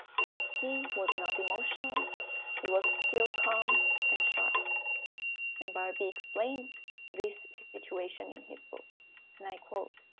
he was not emotional he was still calm and sharp and barby explained this situation in his book and i quote,